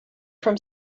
from